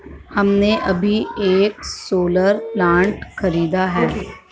हमने अभी एक सोलर प्लांट खरीदा है